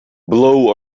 below